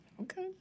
Okay